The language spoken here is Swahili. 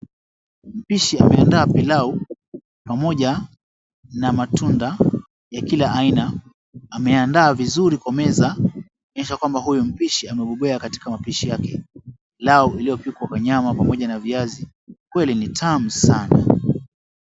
Mpishi ameandaa pilau pamoja na matunda ya kila aina, ameandaa vizuri kwa meza kuonyesha kwamba huyu mpishi amebobea katika upishi wake. Pilau iliyopikwa kwa nyama pamoja na viazi kweli ni tamu sana.